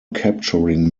capturing